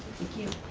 thank you.